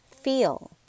feel